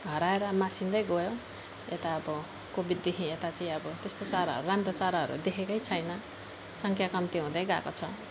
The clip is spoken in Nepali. हराएर मासिँदै गयो यता अब कोभिडदेखि यता चाहिँ अब त्यस्तो चराहरू राम्रो चराहरू देखेकै छैन सङ्ख्या कम्ती हुँदैगएको छ